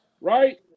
right